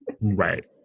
Right